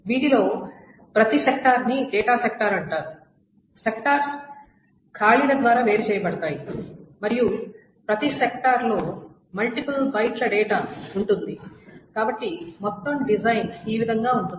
వీటిలో ప్రతి సెక్టార్ ని డేటా సెక్టార్ అంటారు సెక్టార్స్ ఖాళీల ద్వారా వేరు చేయబడతాయి మరియు ప్రతి సెక్టార్ లో మల్టిపుల్ బైట్ల డేటా ఉంటుంది కాబట్టి మొత్తం డిజైన్ ఈ విధంగా ఉంటుంది